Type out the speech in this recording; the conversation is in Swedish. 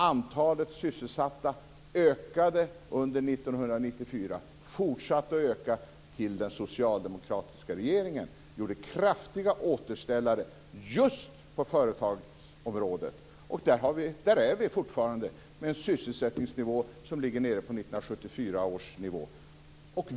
Antalet sysselsatta ökade under 1994 och fortsatte att öka tills den socialdemokratiska regeringen gjorde kraftiga återställare just på företagsområdet, och vi har fortfarande en sysselsättningsnivå som är nere på 1974 års nivå.